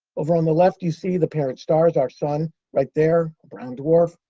over on the left, you see the parent stars our sun right there, brown dwarf.